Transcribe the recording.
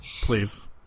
please